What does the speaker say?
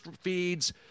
feeds